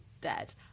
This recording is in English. dead